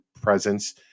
presence